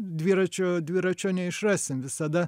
dviračio dviračio neišrasim visada